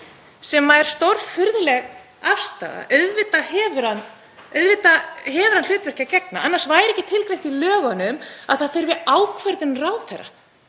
sem er stórfurðuleg afstaða. Auðvitað hefur hann hlutverki að gegna, annars væri ekki tilgreint í lögunum að það þurfi ákvörðun ráðherra.